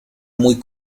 muy